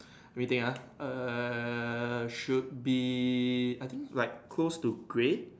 waiting ah err should be I think like close to grey